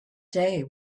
day